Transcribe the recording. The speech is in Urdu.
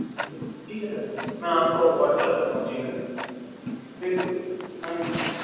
جی ٹھیک ہے سر میں آپ کو واٹسپ کرتا ہوں جی بالکل بالکل بالکل تھینک یو سر